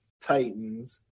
Titans